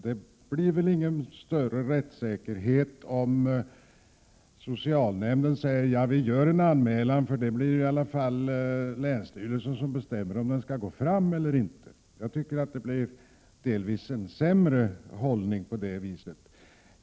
Det blir väl ingen större rättssäkerhet om socialnämnden säger: ”Ja, vi gör en anmälan, för det blir i alla länsstyrelsen som bestämmer om den skall gå fram eller inte.” Jag tycker att det delvis blir en sämre ordning på det viset.